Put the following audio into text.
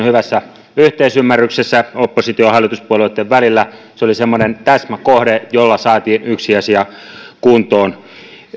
hyvässä yhteisymmärryksessä oppositio hallitus puolueitten välillä se oli semmoinen täsmäkohde jolla saatiin yksi asia kuntoon